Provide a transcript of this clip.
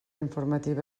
informativa